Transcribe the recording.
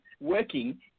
working